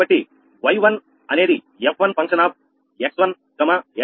కాబట్టి y1 అనేది f1 function of x1x2